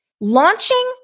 Launching